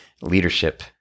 leadership